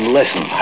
listen